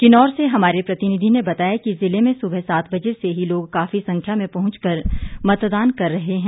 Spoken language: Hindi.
किन्नौर से हमारे प्रतिनिधी ने बताया की जिले में सुबह सात बजे से ही लोग काफी संख्या में पहुंचकर मतदान कर रहें हैं